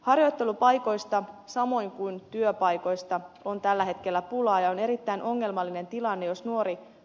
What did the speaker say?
harjoittelupaikoista samoin kuin työpaikoista on tällä hetkellä pulaa ja on erittäin ongelmallinen tilanne jos